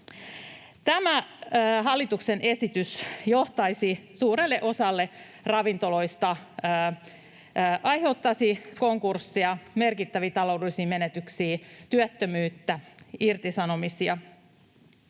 että se aiheuttaisi suurelle osalle ravintoloista konkurssin, merkittäviä taloudellisia menetyksiä, työttömyyttä ja irtisanomisia.